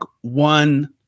one